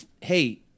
hey